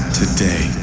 today